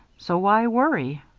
so why worry?